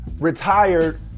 retired